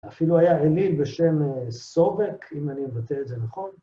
אפילו היה אליל בשם סובק, אם אני מבטא את זה נכון,